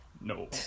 No